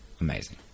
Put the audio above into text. amazing